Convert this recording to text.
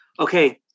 Okay